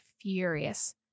furious